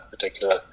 particular